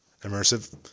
immersive